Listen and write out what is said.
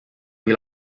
või